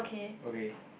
okay